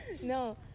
no